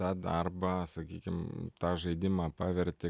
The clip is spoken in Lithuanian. tą darbą sakykim tą žaidimą paverti